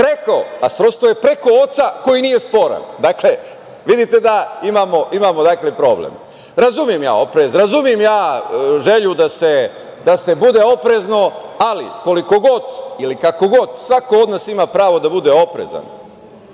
preko, a srodstvo je preko oca koji nije sporan. Dakle, vidite da imamo problem. Razumem ja oprez, razumem želju da se bude oprezno, ali koliko god ili kako god od nas ima pravo da bude oprezan.